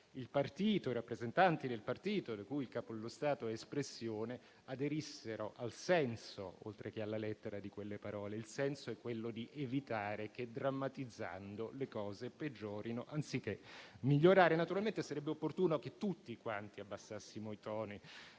i rappresentanti del partito di cui il Capo dello Stato è espressione aderissero al senso, oltre che alla lettera, di quelle parole. Il senso è quello di evitare che, drammatizzando, le cose peggiorino anziché migliorare. Naturalmente, sarebbe opportuno che tutti quanti abbassassimo i toni.